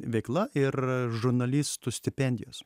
veikla ir žurnalistų stipendijos